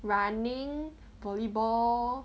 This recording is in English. running volleyball